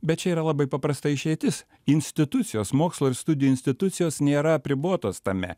bet čia yra labai paprasta išeitis institucijos mokslo ir studijų institucijos nėra apribotos tame